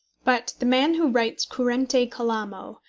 but the man who writes currente calamo,